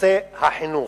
נושא החינוך.